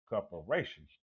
corporations